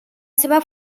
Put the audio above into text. seva